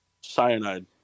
Cyanide